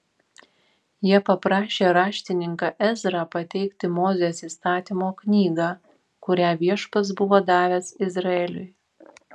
jie paprašė raštininką ezrą pateikti mozės įstatymo knygą kurią viešpats buvo davęs izraeliui